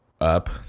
up